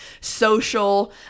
social